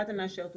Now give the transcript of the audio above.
רת"א מאשרת אותם.